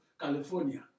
California